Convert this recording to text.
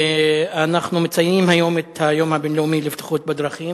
אנחנו מציינים היום את היום הבין-לאומי לבטיחות בדרכים.